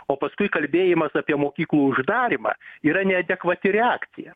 o paskui kalbėjimas apie mokyklų uždarymą yra neadekvati reakcija